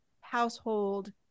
household